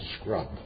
scrub